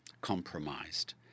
compromised